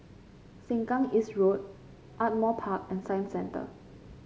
Sengkang East Road Ardmore Park and Science Centre